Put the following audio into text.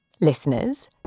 Listeners